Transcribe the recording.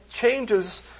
changes